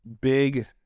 big